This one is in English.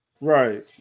Right